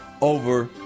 over